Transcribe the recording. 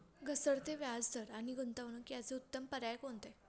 घसरते व्याजदर आणि गुंतवणूक याचे उत्तम पर्याय कोणते?